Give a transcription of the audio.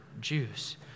Jews